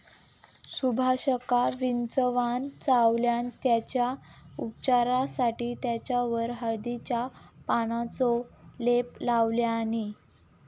सुभाषका विंचवान चावल्यान तेच्या उपचारासाठी तेच्यावर हळदीच्या पानांचो लेप लावल्यानी